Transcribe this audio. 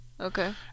Okay